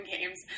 games